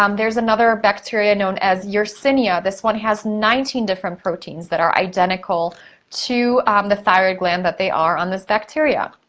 um there's another bacteria known as yersinia. this one has nineteen different proteins that are identical to the thyroid gland that they are on this bacteria.